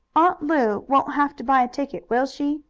aunt lu won't have to buy a ticket, will she?